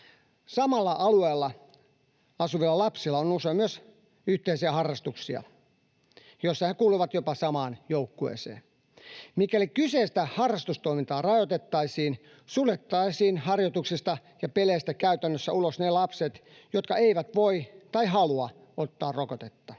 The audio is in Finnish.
Samalla alueella asuvilla lapsilla on usein myös yhteisiä harrastuksia, joissa he kuuluvat jopa samaan joukkueeseen. Mikäli kyseistä harrastustoimintaa rajoitettaisiin, suljettaisiin harjoituksista ja peleistä käytännössä ulos ne lapset, jotka eivät voi tai halua ottaa rokotetta.